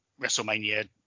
WrestleMania